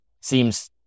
seems